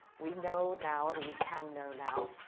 we know now, or we can know now,